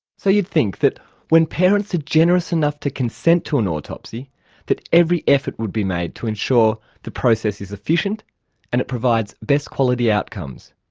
so you'd think that when parents are generous enough to consent to an autopsy that every effort would be made to ensure the process is efficient and it provides best quality outcomes.